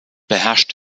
beherrscht